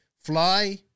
fly